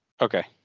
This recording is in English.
Okay